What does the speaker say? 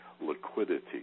liquidity